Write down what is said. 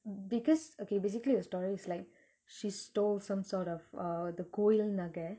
because okay basically her story is like she stole some sort of uh the koil naka naka